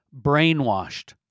brainwashed